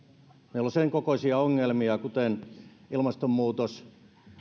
meillä on sen kokoisia ongelmia kuten ilmastonmuutos